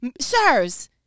Sirs